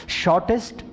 shortest